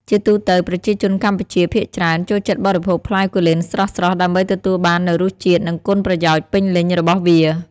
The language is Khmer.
ជាទូទៅ ប្រជាជនកម្ពុជាភាគច្រើនចូលចិត្តបរិភោគផ្លែគូលែនស្រស់ៗ ដើម្បីទទួលបាននូវរសជាតិ និងគុណប្រយោជន៍ពេញលេញរបស់វា។